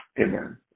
Amen